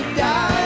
die